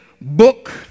book